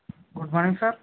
good morning sir